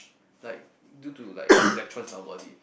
like due to like electrons in our body